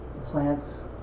Plants